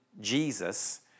Jesus